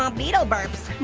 um beetle burps.